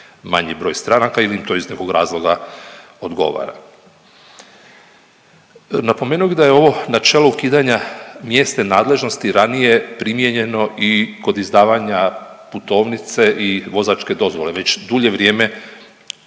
manji broj stranka ili im to iz nekog razloga odgovara. Napomenuo bi da je ovo načelo ukidanje mjesne nadležnosti ranije primijenjeno i kod izdavanja putovnice i vozačke dozvole, već dulje vrijeme